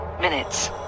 minutes